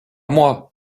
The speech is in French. moi